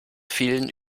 vielen